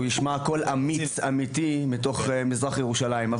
ישמע קול אמיץ ואמיתי מתוך מזרח ירושלים.